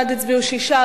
בעד הצביעו שישה,